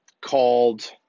called